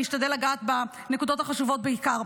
אני אשתדל לגעת בנקודות החשובות בעיקר.